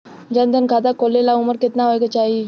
जन धन खाता खोले ला उमर केतना होए के चाही?